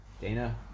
Dana